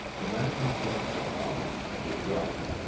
the man who kept the path did right.